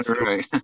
right